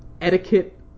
etiquette